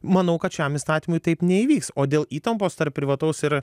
manau kad šiam įstatymui taip neįvyks o dėl įtampos tarp privataus ir